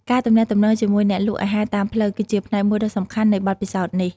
ការទំនាក់ទំនងជាមួយអ្នកលក់អាហារតាមផ្លូវ គឺជាផ្នែកមួយដ៏សំខាន់នៃបទពិសោធន៍នេះ។